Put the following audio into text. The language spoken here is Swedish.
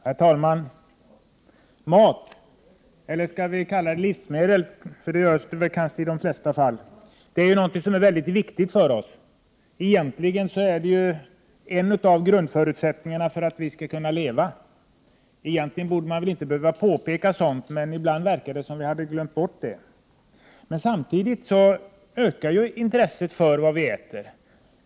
Herr talman! Mat, eller livsmedel, som väl är den term som vi oftast använder i dessa sammanhang, är något väldigt viktigt för oss och är en av grundförutsättningarna för att vi skall kunna leva. Vi borde kanske inte behöva påpeka detta, men ibland verkar det som att vi har glömt bort det. Samtidigt ökar intresset för vad vi äter.